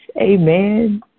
Amen